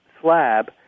slab